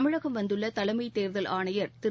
தமிழகம் வந்துள்ள தலைமைத் தேர்தல் ஆணையர் திரு